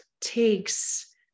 takes